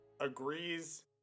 agrees